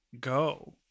go